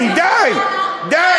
D9. די.